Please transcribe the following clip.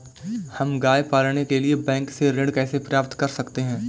हम गाय पालने के लिए बैंक से ऋण कैसे प्राप्त कर सकते हैं?